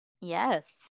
Yes